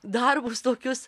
darbus tokius